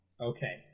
Okay